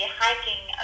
hiking